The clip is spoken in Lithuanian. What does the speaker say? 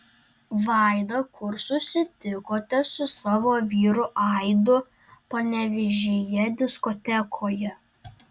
vaida kur susitikote su savo vyru aidu panevėžyje diskotekoje